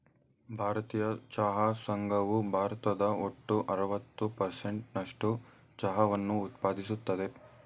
ಭಾರತೀಯ ಚಹಾ ಸಂಘವು ಭಾರತದ ಒಟ್ಟು ಅರವತ್ತು ಪರ್ಸೆಂಟ್ ನಸ್ಟು ಚಹಾವನ್ನ ಉತ್ಪಾದಿಸ್ತದೆ